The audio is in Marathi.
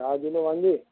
दहा किलो वांगे